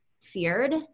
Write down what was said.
feared